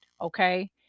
Okay